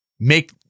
make